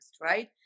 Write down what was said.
right